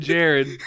Jared